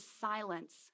silence